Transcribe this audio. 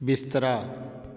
ਬਿਸਤਰਾ